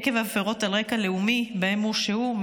עקב הפרות על רקע לאומי שבהן הורשעו,